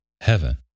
heaven